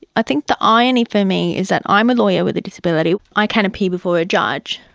i think the irony for me is that i'm a lawyer with a disability, i can appear before a judge,